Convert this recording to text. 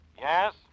Yes